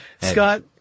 Scott